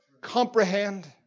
comprehend